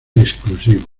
exclusivo